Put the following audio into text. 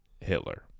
Hitler